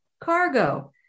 cargo